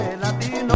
latino